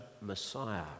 Messiah